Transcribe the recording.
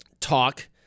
talk